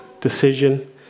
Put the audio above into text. decision